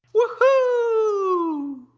woohoo!